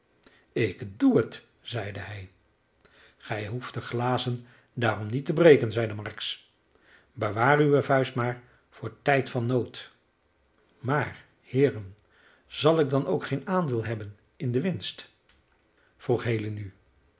ik doe het zeide hij gij behoeft de glazen daarom niet te breken zeide marks bewaar uwe vuist maar voor tijd van nood maar heeren zal ik dan ook geen aandeel hebben in de winst vroeg haley nu